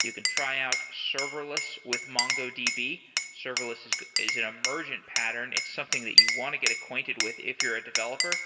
you can try out serverless with mongodb. serverless is is an emergent pattern. it's something that you want to get acquainted with if you're a developer,